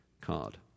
card